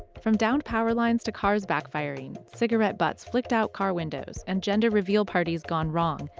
from downed power lines to cars backfiring, cigarette butts flicked out car windows and gender reveal parties gone wrong,